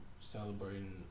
celebrating